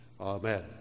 Amen